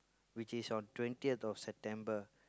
which is one twentieth of September